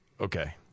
Okay